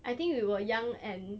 I think we were young and